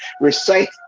recite